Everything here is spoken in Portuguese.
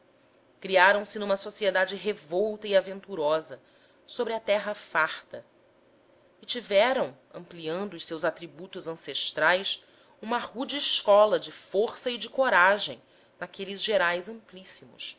vencidos criaram se numa sociedade revolta e aventurosa sobre a terra farta e tiveram ampliando os seus atributos ancestrais uma rude escola de força e coragem naqueles gerais amplíssimos